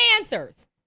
answers